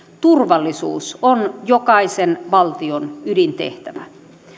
turvallisuus on jokaisen valtion ydintehtävä